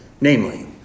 Namely